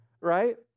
right